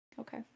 Okay